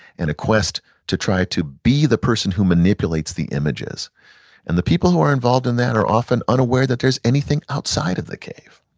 and a quest to try to be the person who manipulates the images and the people who are involved in that are often unawares that there's anything outside of the cave.